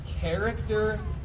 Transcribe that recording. character